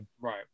Right